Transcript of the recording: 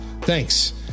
thanks